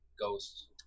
Ghost